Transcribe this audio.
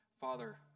Father